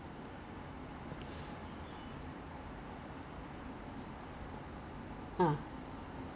so my parents I I I went with my parents my parents say that !wah! 想到以前的东西 cause that was the first